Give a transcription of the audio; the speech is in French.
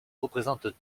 représentent